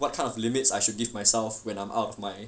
what kind of limits I should give myself when I'm out of my